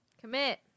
Commit